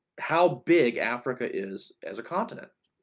how big africa is as a continent.